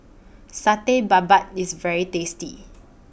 Satay Babat IS very tasty